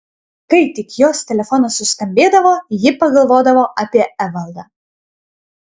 kai tik jos telefonas suskambėdavo ji pagalvodavo apie evaldą